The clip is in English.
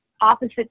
opposite